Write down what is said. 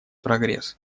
прогресс